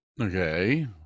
Okay